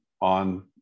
on